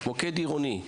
מוקד עירוני.